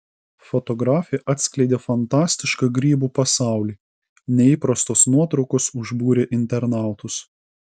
fotografė atskleidė fantastišką grybų pasaulį neįprastos nuotraukos užbūrė internautus